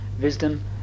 wisdom